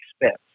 expense